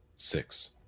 Six